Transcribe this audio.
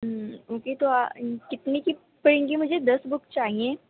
okay تو کتنے کی پڑیں گی مجھے دس بکس چاہیے